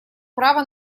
право